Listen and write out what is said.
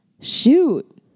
Shoot